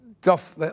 Duff